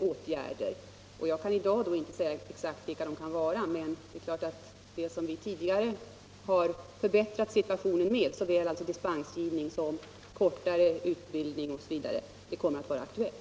åtgärder. Jag kan i dag inte säga vilka dessa åtgärder kan bli, men det är klart att det som vi tidigare har förbättrat situationen med -— dispensgivning, anpassad utbildning osv. — är det som kan bli aktuellt.